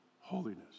holiness